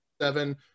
seven